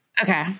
Okay